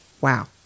Wow